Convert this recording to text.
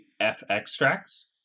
F-Extracts